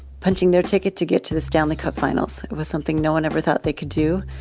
punching their ticket to get to the stanley cup finals. it was something no one ever thought they could do.